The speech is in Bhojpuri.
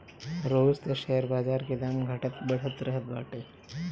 रोज तअ शेयर बाजार के दाम घटत बढ़त रहत बाटे